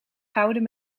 gouden